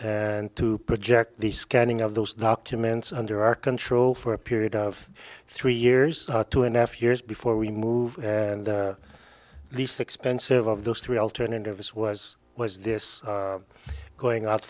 a's to project the scanning of those documents under our control for a period of three years two and half years before we moved and least expensive of those three alternatives was was this going out